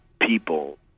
people